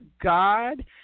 God